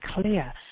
clear